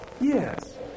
Yes